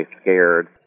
scared